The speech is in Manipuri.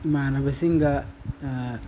ꯏꯃꯥꯅꯕꯁꯤꯡꯒ